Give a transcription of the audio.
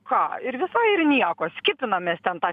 ką ir visai ir nieko skipinam mes ten tą